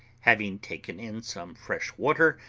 having taken in some fresh water,